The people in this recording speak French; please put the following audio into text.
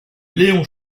léon